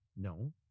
No